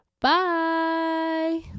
Bye